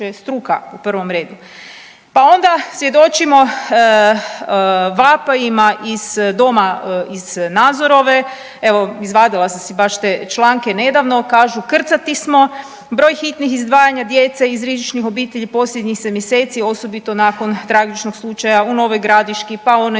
struka u prvom redu. Pa onda svjedočimo vapajima iz Doma iz Nazorove, evo izvadila sam si baš te članke nedavno, kažu krcati smo, broj hitnih izdvajanja djece iz rizičnih obitelji posljednjih se mjeseci osobito nakon tragičnog slučaja u Novoj Gradiški, pa onaj